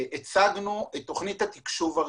והצגנו את תכנית התקשוב הראשונה.